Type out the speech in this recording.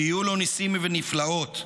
שיהיו לו ניסים ונפלאות.